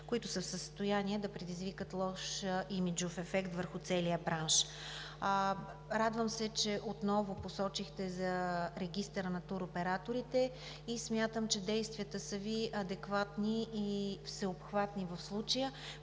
които са в състояние да предизвикат лош имиджов ефект върху целия бранш. Радвам се, че отново посочихте за Регистъра на туроператорите, и смятам, че действията Ви са адекватни и всеобхватни в случая.